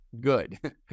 good